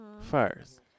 first